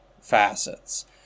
facets